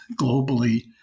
globally